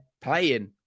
playing